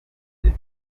bye